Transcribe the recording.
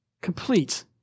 complete